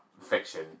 fiction